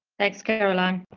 thanks caroline.